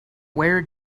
where